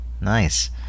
Nice